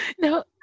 no